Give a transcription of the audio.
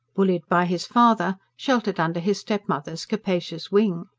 bullied by his father, sheltered under his stepmother's capacious wing.